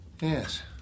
Yes